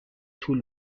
طول